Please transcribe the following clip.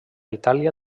itàlia